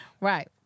Right